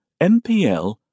NPL